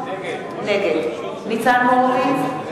נגד ניצן הורוביץ,